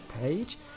page